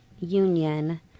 union